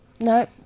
No